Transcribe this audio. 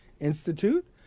Institute